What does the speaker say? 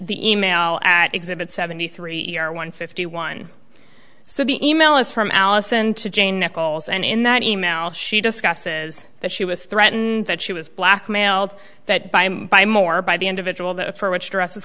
the email at exhibit seventy three year one fifty one so the e mail is from allison to jane nichols and in that e mail she discusses that she was threatened that she was blackmailed that by more by the individual that for which dress